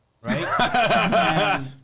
right